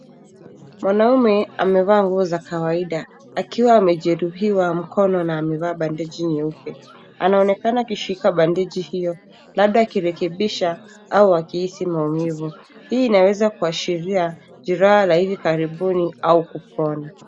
Mwanaume amevaa nguo za kawaida, akiwa amejeruhiwa mkono na amevaa bandeji nyeupe. Anaonekana akishika bandeji hiyo, labda akirekebisha au akihisi maumivu. Hii inaweza kuashiria jeraha la hivi karibuni au kupona.